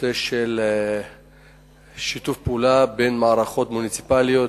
נושא של שיתוף פעולה בין מערכות מוניציפליות.